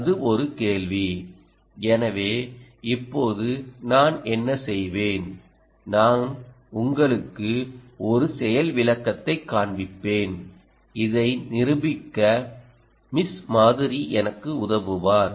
அது ஒரு கேள்வி எனவே இப்போது நான் என்ன செய்வேன் நான் உங்களுக்கு ஒரு செயல்விளக்கத்தைக் காண்பிப்பேன் இதை நிரூபிக்க மிஸ் மாதுரி எனக்கு உதவுவார்